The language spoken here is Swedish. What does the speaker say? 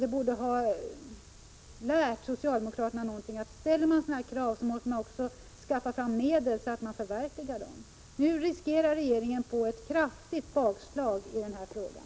Detta borde ha lärt socialdemokraterna att om man ställer sådana här krav måste man också skaffa fram medel för att förverkliga dem. Nu riskerar regeringen att få ett kraftigt bakslag i frågan.